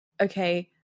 okay